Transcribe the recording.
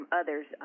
others